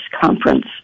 conference